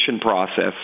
process